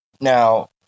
Now